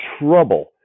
trouble